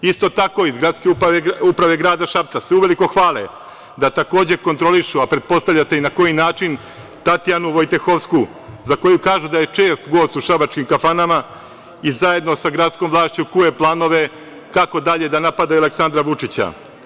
Isto tako, iz gradske uprave grada Šapca se uveliko hvale da takođe kontrolišu, a pretpostavljate i na koji način Tatjanu Vojtehovsku, za koju kažu da je čest gost u šabačkim kafanama i zajedno sa gradskom vlašću kuje planove kako dalje da napadaju Aleksandra Vučića.